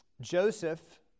Joseph